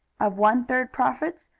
of one-third profits?